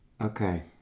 Okay